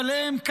אבל הם,